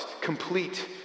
complete